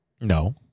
No